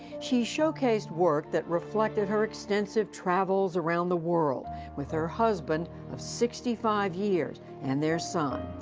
she showcased work that reflected her extensive travels around the world with her husband of sixty five years and their son.